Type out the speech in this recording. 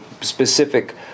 specific